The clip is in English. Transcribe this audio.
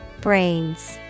Brains